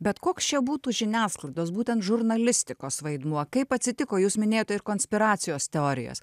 bet koks čia būtų žiniasklaidos būtent žurnalistikos vaidmuo kaip atsitiko jūs minėjote ir konspiracijos teorijas